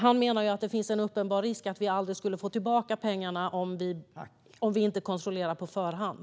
Han menar att det finns en uppenbar risk att vi aldrig skulle få tillbaka pengarna om vi inte kontrollerade på förhand.